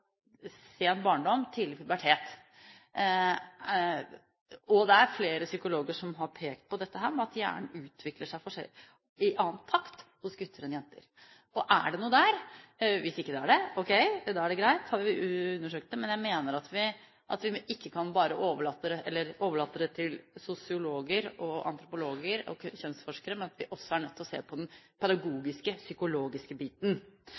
en debatt om kjønn – rundt arv og miljø, og diverse og diverse – men jeg tror vi har for lite kunnskap om hvordan barn lærer i fasen sen barndom, tidlig pubertet. Det er flere psykologer som har pekt på dette med at hjernen hos gutter utvikler seg i en annen takt enn hos jenter. Er det noe der? Hvis det ikke er det, ok, da er det greit. Vi har undersøkt det, men jeg mener at vi ikke bare kan overlate det til sosiologer, antropologer og kjønnsforskere, men at vi også er nødt